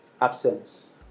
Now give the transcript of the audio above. absence